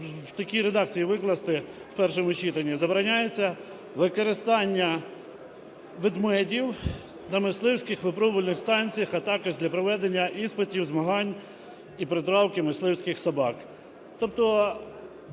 в такій редакції викласти в першому читанні: "Забороняється використання ведмедів на мисливських випробувальних станціях, а також для проведення іспитів, змагань і притравки мисливських собак".